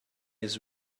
his